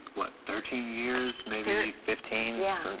what thirteen years maybe fifteen yeah,